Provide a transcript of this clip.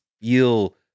Feel